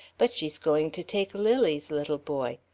but she's going to take lily's little boy.